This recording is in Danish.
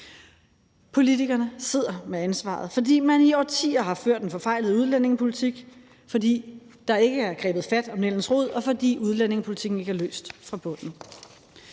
Politikerne sidder med ansvaret, fordi man i årtier har ført en forfejlet udlændingepolitik, fordi der ikke er grebet fat om nældens rod, og fordi udlændingepolitikken ikke er løst fra bunden.